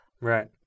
Right